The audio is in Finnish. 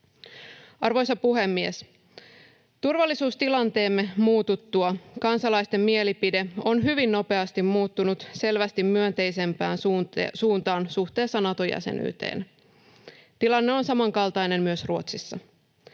Arvoisa puhemies! Turvallisuustilanteemme muututtua kansalaisten mielipide on hyvin nopeasti muuttunut selvästi myönteisempään suuntaan suhteessa Nato-jäsenyyteen. Tilanne on samankaltainen myös Ruotsissa.